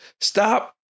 stop